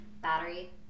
battery